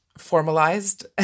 formalized